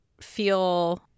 feel